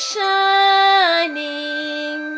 Shining